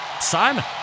simon